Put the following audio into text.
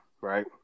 right